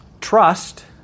trust